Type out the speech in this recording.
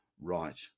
right